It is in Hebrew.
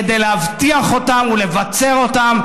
כדי להבטיח אותם ולבצר אותם,